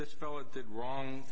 this fellow did wrong